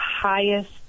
highest